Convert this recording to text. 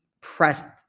present